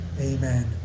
Amen